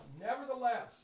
Nevertheless